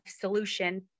solution